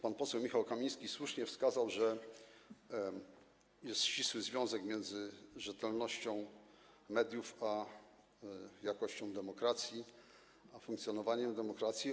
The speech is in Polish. Pan poseł Michał Kamiński słusznie wskazał, że jest ścisły związek między rzetelnością mediów a jakością demokracji, a funkcjonowaniem demokracji.